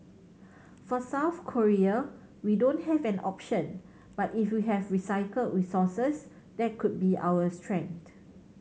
for South Korea we don't have an option but if we have recycled resources that could be our strength